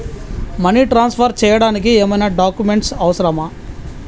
Money transfer చేయడానికి ఏమైనా documents అవసరమా?